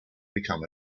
become